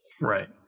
Right